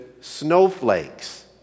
snowflakes